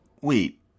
wait